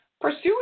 pursuing